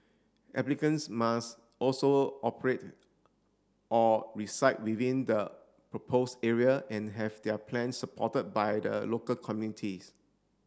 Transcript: applicants must also operate or reside within the proposed area and have their plans supported by the local communities